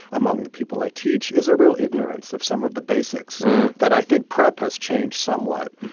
among the people i teach, is a real ignorance of some of the basics that i think prep has changed somewhat.